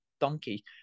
donkey